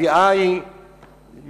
התביעה היא מהעולם,